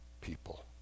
people